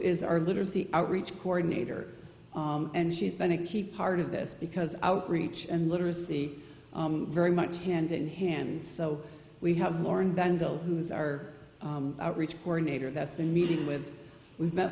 is our literacy outreach coordinator and she's been a key part of this because outreach and literacy very much hand in hand so we have more and bendel who is our outreach coordinator that's been meeting with we've met